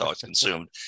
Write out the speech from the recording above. consumed